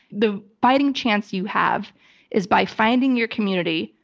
the fighting chance you have is by finding your community,